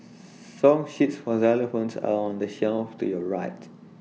song sheets for xylophones are on the shelf to your right